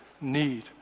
need